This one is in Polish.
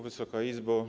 Wysoka Izbo!